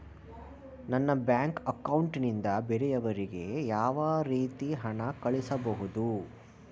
ನನ್ನ bank account ನಿಂದ ಬೇರೆಯವರಿಗೆ ಯಾವ ರೀತಿ ಹಣ ಕಳಿಸಬಹುದು?